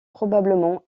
probablement